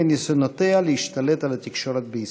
וניסיונותיה להשתלט על התקשורת בישראל.